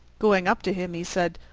going up to him, he said,